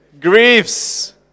Griefs